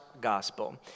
Gospel